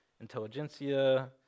intelligentsia